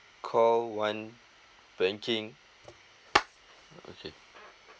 call one banking okay